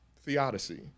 theodicy